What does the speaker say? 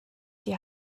die